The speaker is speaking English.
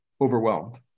Overwhelmed